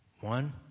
one